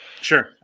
Sure